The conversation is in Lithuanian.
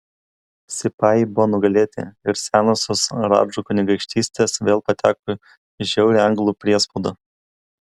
sipajai buvo nugalėti ir senosios radžų kunigaikštystės vėl pateko į žiaurią anglų priespaudą